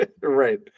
Right